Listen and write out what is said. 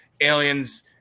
aliens